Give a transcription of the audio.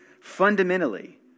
Fundamentally